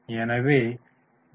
எனவே டி